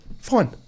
fine